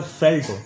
felt